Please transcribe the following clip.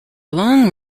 long